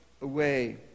away